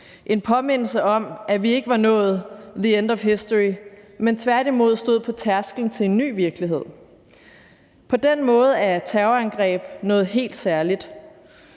en påmindelse om, at vi ikke var nået the end of history, men tværtimod stod på tærsklen til en ny virkelighed. På den måde er et terrorangreb noget helt særligt.